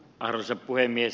arvoisa puhemies